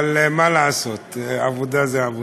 אבל מה לעשות, עבודה זה עבודה.